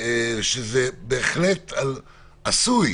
זה בהחלט עשוי